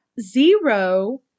zero